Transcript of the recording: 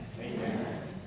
Amen